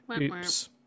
Oops